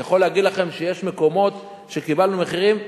אני יכול להגיד לכם שיש מקומות שקיבלנו בהם מחירים סופר-אטרקטיביים,